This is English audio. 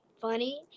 funny